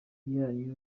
yanyu